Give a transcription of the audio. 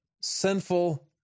sinful